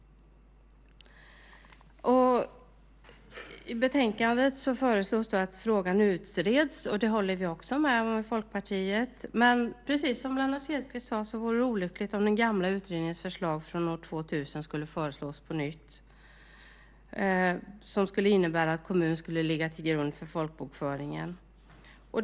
I betänkandet föreslås att frågan utreds, och det håller vi med om i Folkpartiet. Men precis som Lennart Hedquist sade vore det olyckligt om den gamla utredningens förslag från år 2000 skulle läggas fram på nytt, nämligen att kommunen skulle ligga till grund för folkbokföringen.